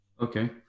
Okay